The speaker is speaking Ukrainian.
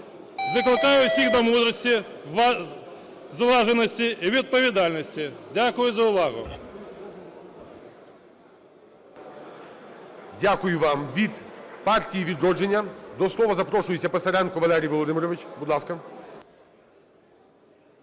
закликає всіх до мудрості, зваженості і відповідальності. Дякую за увагу. ГОЛОВУЮЧИЙ. Дякую вам. Від "Партії "Відродження" до слова запрошується Писаренко Валерій Володимирович, будь ласка.